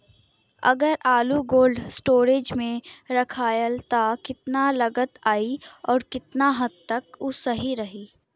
अगर आलू cold storage में रखायल त कितना लागत आई अउर कितना हद तक उ सही रही?